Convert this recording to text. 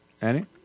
Annie